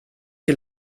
die